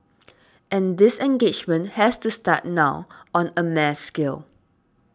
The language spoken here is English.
and this engagement has to start now on a mass scale